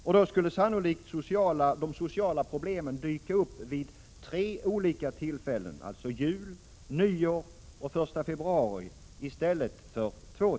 Och då skulle sannolikt de sociala problemen dyka upp vid tre olika tillfällen — jul, nyår och 1 februari — i stället för två.